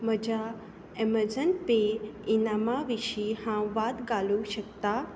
म्हज्या Amazon pay इनामां विशीं हांव वाद घालूं शकता